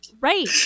Right